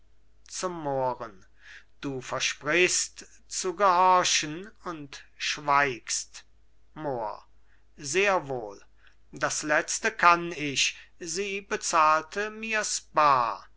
zum mohren du versprichst zu gehorchen und schweigst mohr sehr wohl das letzte kann ich sie bezahlte mirs bar